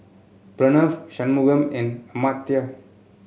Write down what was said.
Pranav Shunmugam and Amartya